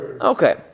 Okay